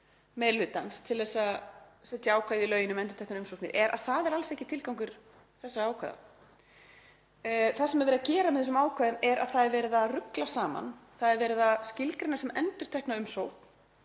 hlutans til að setja ákvæði í lögin um endurteknar umsóknir er að það er alls ekki tilgangur þessara ákvæða. Það sem er verið að gera með þessum ákvæðum er að það er verið að rugla saman, það er verið að skilgreina sem endurtekna umsókn,